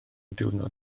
diwrnod